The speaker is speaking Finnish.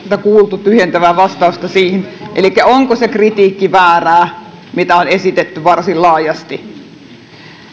kuultu tyhjentävää vastausta siihen että onko se kritiikki väärää mitä on esitetty varsin laajasti